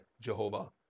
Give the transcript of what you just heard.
Jehovah